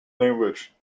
language